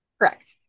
correct